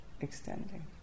extending